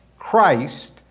christ